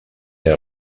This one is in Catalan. era